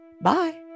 Bye